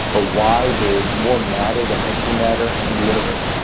or why there is more matter than antimatter in the universe.